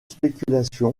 spéculation